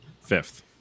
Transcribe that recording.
fifth